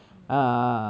ah